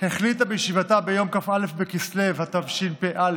החליטה בישיבתה ביום כ"א בכסלו התשפ"א,